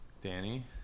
Danny